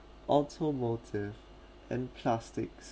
automotive and plastics